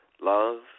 Love